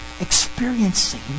experiencing